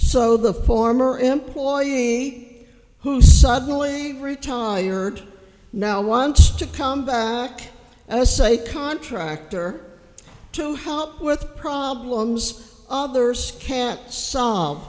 so the former employee who suddenly retired now wants to come back and a say contractor to help with problems others can't so